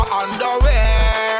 underwear